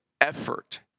effort